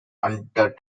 under